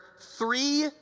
three